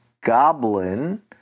goblin